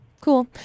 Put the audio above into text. cool